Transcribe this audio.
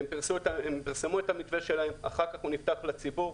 הם פרסמו את המתווה שלהם ואחר כך הוא נפתח לציבור,